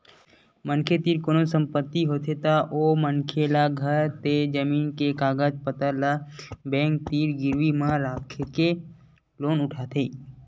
मनखे तीर कोनो संपत्ति होथे तब ओ मनखे ल घर ते जमीन के कागज पतर ल बेंक तीर गिरवी म राखके लोन उठाथे